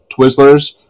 Twizzlers